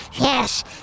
yes